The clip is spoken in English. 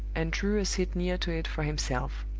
and drew a seat near to it for himself.